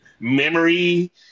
memory